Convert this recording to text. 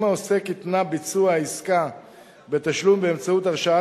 אם העוסק התנה ביצוע העסקה בתשלום באמצעות הרשאה